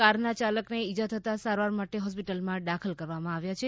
કારના ચાલકને ઇજા થતાં સારવાર માટે હોસ્પિટલમાં દાખલ કરવામાં આવ્યા છે